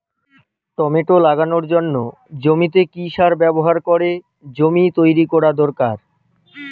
Tomato লাগানোর জন্য জমিতে কি সার ব্যবহার করে জমি তৈরি করা দরকার?